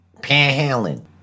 Panhandling